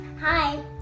Hi